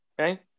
okay